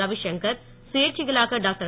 ரவிஷங்கர் சுயேட்சைகளாக டாக்டர்